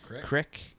Crick